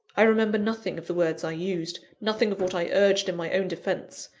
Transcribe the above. i remember nothing of the words i used nothing of what i urged in my own defence.